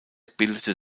bildete